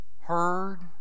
heard